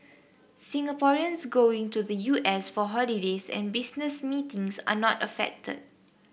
Singaporeans going to the U S for holidays and business meetings are not affected